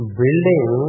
building